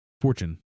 Fortune